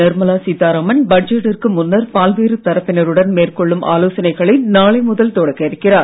நிர்மலா சீத்தாராமன் பட்ஜெட்டிற்கு முன்னர் பல்வேறு தரப்பினருடன் மேற்கொள்ளும் ஆலோசனைகளை நாளை முதல் தொடக்க இருக்கிறார்